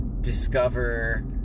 discover